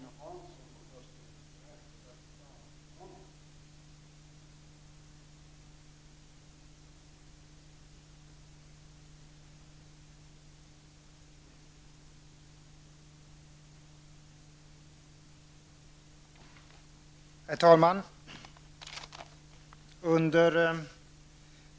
Herr talman!